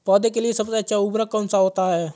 पौधे के लिए सबसे अच्छा उर्वरक कौन सा होता है?